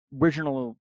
original